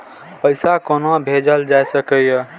पैसा कोना भैजल जाय सके ये